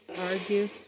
argue